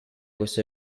questo